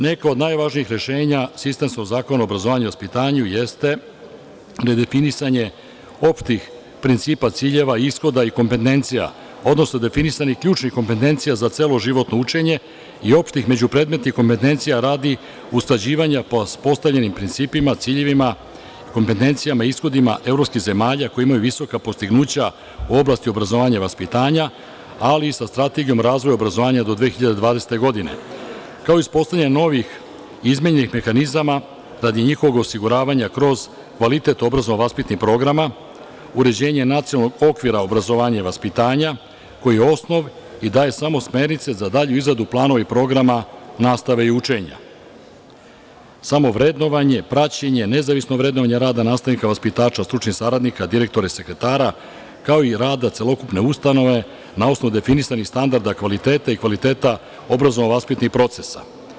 Neka od najvažnijih rešenja sistemskog zakona o vaspitanju su nedefinisanje opštih principa, ciljeva, ishoda i kompentencija, odnosno definisanje ključnih kompentencija za celo životno učenje i opštih međupredmetnih kompentencija radi usklađivanja postavljenih principa, ciljeva, kompentencija, ishodima evropskih zemalja koje imaju visoka postignuća u oblasti obrazovanja i vaspitanja, ali i sa Strategijom razvoja do 2020. godine, kao i uspostavljanje novih i izmenjenih mehanizama radi njihovog osiguravanja kroz kvalitet obrazovno-vaspitnih programa, uređenje nacionalnog okvira obrazovanja i vaspitanja koji je osnov i daje samo smernice za dalju izradu planova i programa nastave i učenja, samovrednovanje, praćenje, nezavisno vrednovanje rada nastavnika, vaspitača, stručnih saradnika, direktora i sekretara, kao i rada celokupne ustanove na osnovu definisanih standarda kvaliteta i kvaliteta obrazovno-vaspitnih procesa.